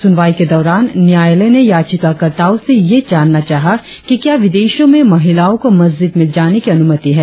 सुनवाई के दौरान न्यायालय ने याचिकाकर्ताओं से यह जानना चाहा कि क्या विदेशों में महिलाओं को मस्जिद में जाने की अनुमति है